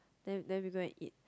then then we go and eat